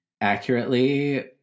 accurately